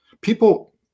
people